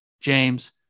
James